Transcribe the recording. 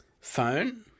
phone